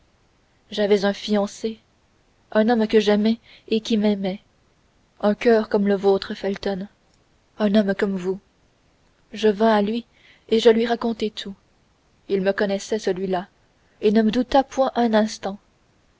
j'avais un fiancé un homme que j'aimais et qui m'aimait un coeur comme le vôtre felton un homme comme vous je vins à lui et je lui racontai tout il me connaissait celui-là et ne douta point un instant